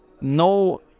no